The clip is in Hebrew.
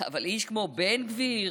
אבל איש כמו בן גביר